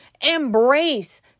embrace